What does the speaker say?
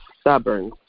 stubborn